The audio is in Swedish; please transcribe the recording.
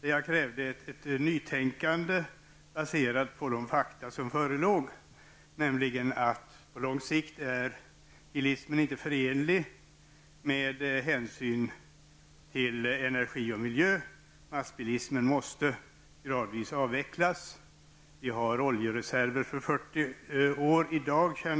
I den krävde jag ett nytänkande baserat på de fakta som förelåg, nämligen att bilismen på lång sikt inte var förenlig med hänsyn till energi och miljö. Massbilismen måste gradvis avvecklas, sade jag. Vi har i dag kända oljereserver för 40 år framåt.